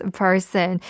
person